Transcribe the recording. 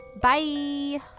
Bye